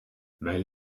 mijn